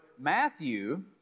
Matthew